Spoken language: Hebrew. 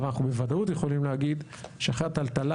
אנחנו בוודאות יכולים להגיד שאחרי הטלטלה